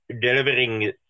delivering